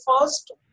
first